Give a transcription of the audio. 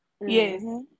Yes